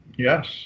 Yes